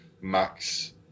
max